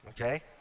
okay